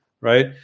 right